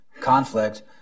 conflict